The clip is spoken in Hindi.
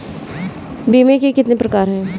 बीमे के कितने प्रकार हैं?